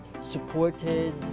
supported